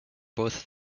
both